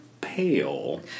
pale